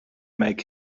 make